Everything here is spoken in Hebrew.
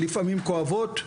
לפעמים כואבות,